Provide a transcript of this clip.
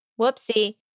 Whoopsie